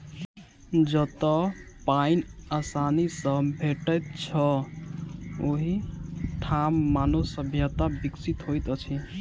जतअ पाइन आसानी सॅ भेटैत छै, ओहि ठाम मानव सभ्यता विकसित होइत अछि